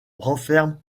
renferme